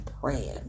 praying